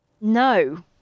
No